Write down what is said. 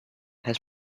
has